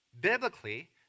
biblically